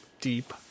deep